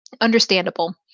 Understandable